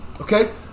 okay